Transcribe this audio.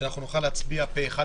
את זה יסבירו אנשי הבריאות.